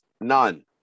None